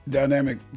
dynamic